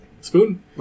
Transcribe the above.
spoon